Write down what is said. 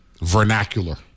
vernacular